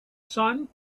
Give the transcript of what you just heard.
sun